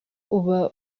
uba